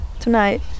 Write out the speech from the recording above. tonight